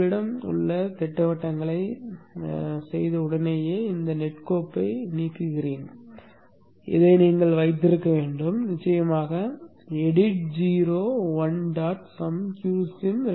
உங்களிடம் உள்ள திட்டவட்டங்களைச் செய்த உடனேயே இந்த நெட் கோப்பை நீக்குகிறேன் இதை நீங்கள் வைத்திருக்க வேண்டும் நிச்சயமாக edit 0 1 dot sum q sim rectifier